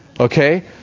okay